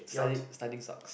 studying studying sucks